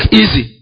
easy